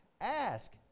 ask